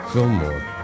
Fillmore